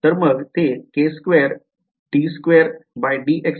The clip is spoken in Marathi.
तर मग ते